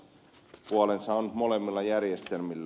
puolensa on molemmilla järjestelmillä